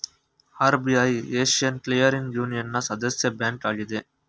RBI Asian clearing ಯೂನಿಯನ್ನ ಸದಸ್ಯ bank ಆಗಿದೆ